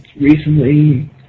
recently